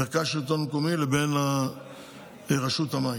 מרכז השלטון המקומי, לבין רשות המים.